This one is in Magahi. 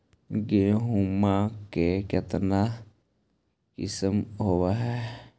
गेहूमा के कितना किसम होबै है?